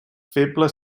feble